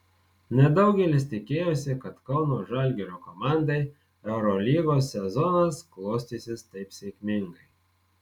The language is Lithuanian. nedaugelis tikėjosi kad kauno žalgirio komandai eurolygos sezonas klostysis taip sėkmingai